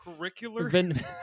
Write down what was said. Curricular